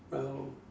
!aiyo!